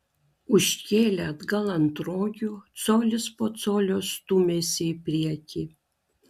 užkėlę atgal ant rogių colis po colio stūmėsi į priekį